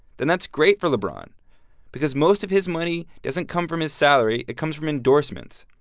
then that's great for lebron because most of his money doesn't come from his salary. it comes from endorsements.